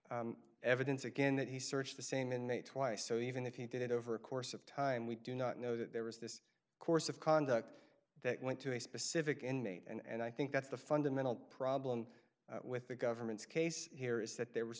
evidence again that he searched the same and they twice so even if he did it over a course of time we do not know that there was this course of conduct that went to a specific inmate and i think that's the fundamental problem with the government's case here is that there was